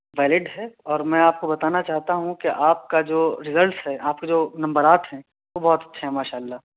valid ہے اور میں آپ کو بتانا چاہتا ہوں کہ آپ کا جو ریزلٹس ہے آپ کے نمبرات ہیں وہ بہت اچھے ہے ماشاء اللہ